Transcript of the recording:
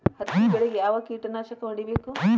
ಹತ್ತಿ ಬೆಳೇಗ್ ಯಾವ್ ಕೇಟನಾಶಕ ಹೋಡಿಬೇಕು?